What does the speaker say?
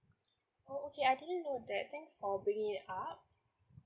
oh okay I didn't know that thanks for bringing it up